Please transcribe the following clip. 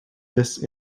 this